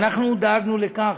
ואנחנו דאגנו לכך.